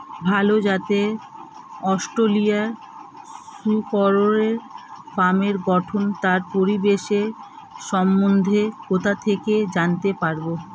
ভাল জাতের অস্ট্রেলিয়ান শূকরের ফার্মের গঠন ও তার পরিবেশের সম্বন্ধে কোথা থেকে জানতে পারবো?